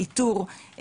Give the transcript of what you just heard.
איתור,